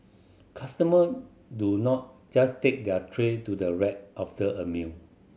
customer do not just take their tray to the rack after a meal